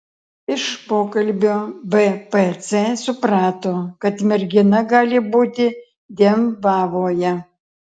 iš pokalbio bpc suprato kad mergina gali būti dembavoje